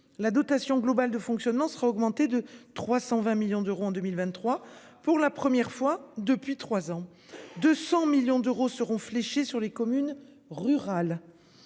la dotation globale de fonctionnement sera augmenté de 320 millions d'euros en 2023 pour la première fois depuis 3 ans, 200 millions d'euros seront fléchés sur les communes rurales.